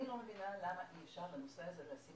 אני לא מבינה למה אי אפשר לנושא הזה לשים